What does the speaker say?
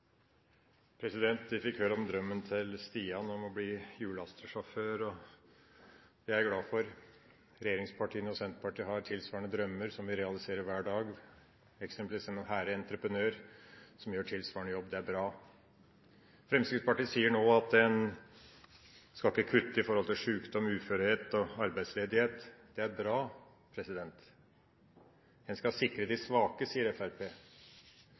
jeg glad for. Regjeringspartiene og Senterpartiet har tilsvarende drømmer som vi realiserer hver dag. Eksempelvis gjør Hæhre Entreprenør tilsvarende jobb. Det er bra. Fremskrittspartiet sier nå at en ikke skal kutte ved sjukdom, uførhet og arbeidsledighet. Det er bra. En skal sikre de svake, sier